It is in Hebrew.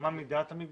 מה מידת המגבלות?